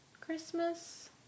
Christmas